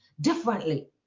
differently